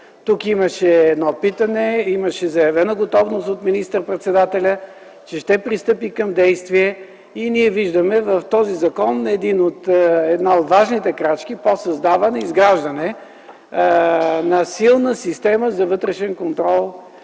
Тук имаше питане, имаше заявена готовност от министър-председателя, че ще пристъпи към действия. И ние виждаме в този закон една от важните крачки по създаване и изграждане на силна система за вътрешен контрол